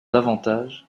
davantage